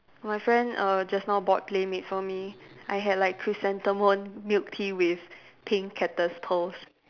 my friend err just now bought PlayMade for me I had like chrysanthemum milk tea with pink cactus pearls